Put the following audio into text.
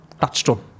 touchstone